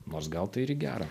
nors gal tai ir į gera